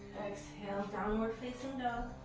exhale, downward-facing